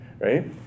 Right